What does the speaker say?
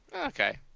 Okay